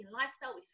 lifestyle